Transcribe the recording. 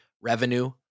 revenue